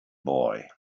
boy